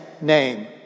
name